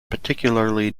particularly